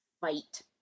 fight